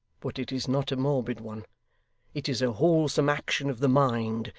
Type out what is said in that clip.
but it is not a morbid one it is a wholesome action of the mind,